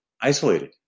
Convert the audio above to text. isolated